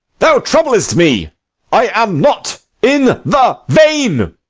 thou troublest me i am not in the vein.